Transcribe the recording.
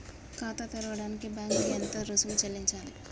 ఖాతా తెరవడానికి బ్యాంక్ కి ఎంత రుసుము చెల్లించాలి?